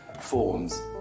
forms